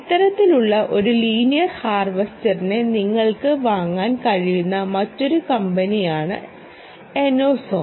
ഇത്തരത്തിലുള്ള ഒരു ലീനിയർ ഹാർവെസ്റ്ററെ നിങ്ങൾക്ക് വാങ്ങാൻ കഴിയുന്ന മറ്റൊരു കമ്പനിയാണ് എനോസോൺ